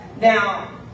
Now